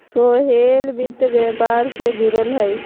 सोहेल वित्त व्यापार से जुरल हए